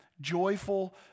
joyful